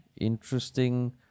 interesting